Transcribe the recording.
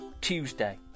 Tuesday